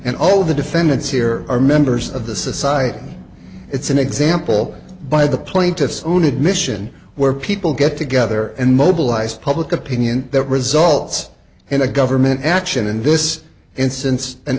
and all the defendants here are members of the society and it's an example by the plaintiff's own admission where people get together and mobilize public opinion that results in a government action in this instance an